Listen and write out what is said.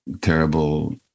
terrible